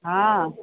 हा